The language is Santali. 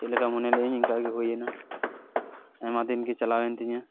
ᱪᱮᱫ ᱞᱮᱠᱟ ᱢᱚᱱᱮ ᱞᱮᱫ ᱟᱹᱧ ᱚᱱᱠᱟ ᱜᱮ ᱦᱩᱭᱮᱱᱟ ᱟᱭᱢᱟ ᱫᱤᱱ ᱜᱮ ᱪᱟᱞᱟᱣᱮᱱ ᱛᱤᱧᱟᱹ